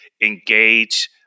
engage